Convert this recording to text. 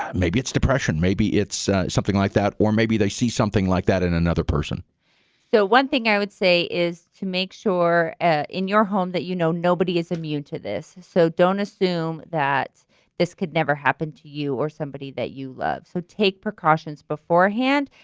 ah maybe it's depression. maybe it's something like that, or maybe they see something like that in another person. kim myers so one thing i would say is to make sure ah in your home that you know nobody is immune to this. so don't assume that this could never happen to you or somebody that you love. so take precautions beforehand.